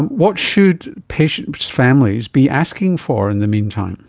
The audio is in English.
what should patients' families be asking for in the meantime